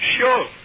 Sure